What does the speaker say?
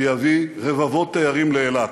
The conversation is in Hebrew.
שיביא רבבות תיירים לאילת.